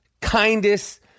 kindest